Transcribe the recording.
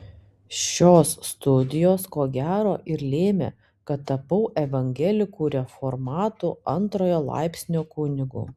šios studijos ko gero ir lėmė kad tapau evangelikų reformatų antrojo laipsnio kunigu